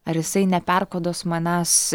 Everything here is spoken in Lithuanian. ar jisai neperkoduos manęs